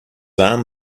arm